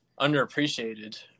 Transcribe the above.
underappreciated